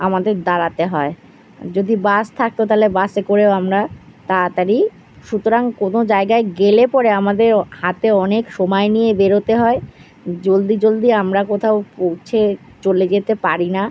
আমাদের দাঁড়াতে হয় যদি বাস থাকতো তালে বাসে করেও আমরা তায়াতাড়ি সুতরাং কোনো জায়গায় গেলে পরে আমাদের অ হাতে অনেক সময় নিয়ে বেরোতে হয় জলদি জলদি আমরা কোথাও পৌঁছে চলে যেতে পারি না